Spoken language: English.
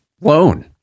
loan